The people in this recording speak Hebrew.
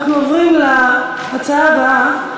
אנחנו עוברים להצעות הבאות: